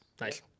Nice